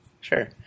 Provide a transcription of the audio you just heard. sure